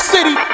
City